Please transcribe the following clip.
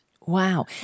Wow